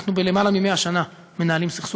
אנחנו למעלה מ-100 שנה מנהלים סכסוך.